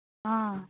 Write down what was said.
आं